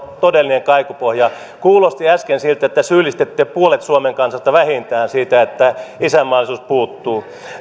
todellinen kaikupohja kuulosti äsken siltä että syyllistitte puolet suomen kansasta vähintään siitä että isänmaallisuus puuttuu